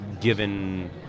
given